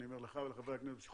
אני אומר לך ולחברי הכנסת,